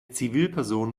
zivilperson